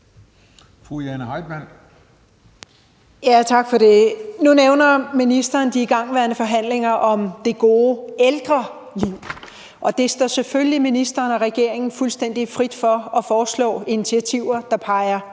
Jane Heitmann (V): Tak for det. Nu nævner ministeren de igangværende forhandlinger om det gode ældreliv. Det står selvfølgelig ministeren og regeringen fuldstændig frit for at foreslå initiativer, der peger